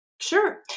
Sure